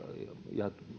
ja